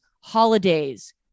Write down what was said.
holidays